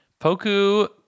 Poku